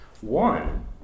One